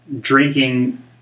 drinking